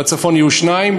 אז בצפון יהיו שתיים,